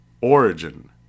Origin